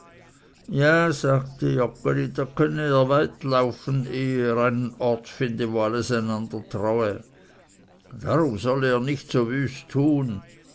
ja sagte joggeli da könne er weit laufen ehe er einen ort finde wo alles einander traue darum solle er nicht so wüst tun